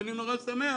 אני שמח